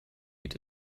eat